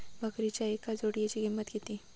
बकरीच्या एका जोडयेची किंमत किती?